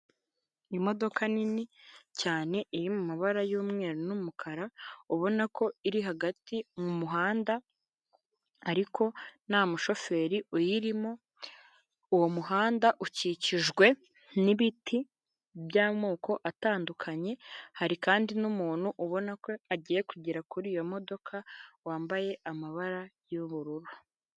Imodoka nini cyane iri mu mabara y'umweru n'umukara, ubona ko iri hagati mu muhanda ariko nta mushoferi uyirimo, uwo muhanda ukikijwe n'ibiti by'amoko atandukanye hari kandi n'umuntu ubona ko agiye kugera kuri iyo modoka, wambaye amabara y'ubururu.